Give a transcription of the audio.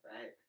right